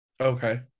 Okay